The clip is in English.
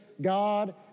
God